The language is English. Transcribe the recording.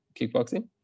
kickboxing